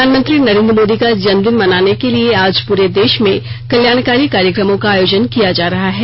प्रधानमंत्री नरेन्द्र मोदी का जन्मदिन मनाने के लिए आज पूरे देश में कल्याणकारी कार्यक्रमों का आयोजन किया जा रहा है